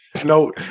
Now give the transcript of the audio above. No